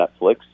Netflix